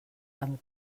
amb